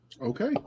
Okay